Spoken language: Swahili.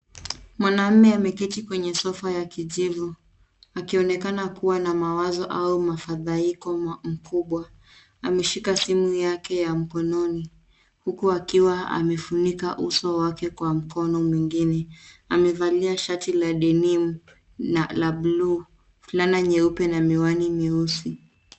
Mwanamme ameketi kwenye[cs ] sofa [cs ] cha kijivu akionekana kuwa na mawazo au mafadhaiko mkubwa. Ameshika simu yake ya mkononi huku akiwa amefunika uso wake kwa mkono mwingine. Amevalia shati la [cs ] denim [cs ] la bluu, fulana nyeupe na miwani meusi.